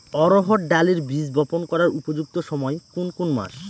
অড়হড় ডালের বীজ বপন করার উপযুক্ত সময় কোন কোন মাস?